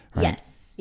Yes